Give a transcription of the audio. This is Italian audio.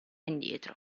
indietro